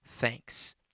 thanks